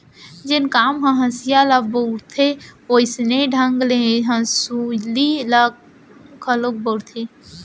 जेन काम म हँसिया ल बउरथे वोइसने ढंग ले हँसुली ल घलोक बउरथें